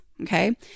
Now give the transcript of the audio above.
Okay